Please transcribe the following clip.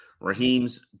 Raheem's